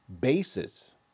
Bases